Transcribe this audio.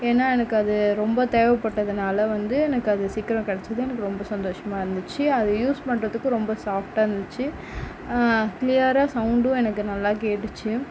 ஏன்னா எனக்கு அது ரொம்ப தேவைப்பட்டதுனால வந்து எனக்கு அது சீக்கிரம் கிடச்சது எனக்கு ரொம்ப சந்தோஷமாக இருந்துச்சு அது யூஸ் பண்றதுக்கும் ரொம்ப சாஃப்ட்டாக இருந்துச்சு கிளியராக சவுண்டும் எனக்கு நல்லா கேட்டுச்சு